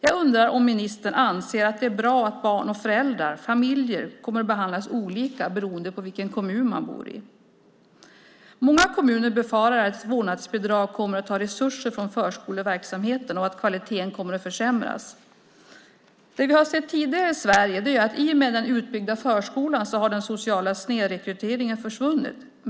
Jag undrar om ministern anser att det är bra att barn och föräldrar, familjer, kommer att behandlas olika beroende på vilken kommun de bor i. Många kommuner befarar att vårdnadsbidraget kommer att ta resurser från förskoleverksamheten och att kvaliteten därmed försämras. Det vi sett tidigare i Sverige är att den sociala snedrekryteringen i och med den utbyggda förskolan försvunnit.